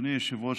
אדוני היושב-ראש,